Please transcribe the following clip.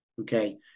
Okay